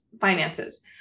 finances